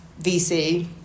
VC